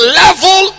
level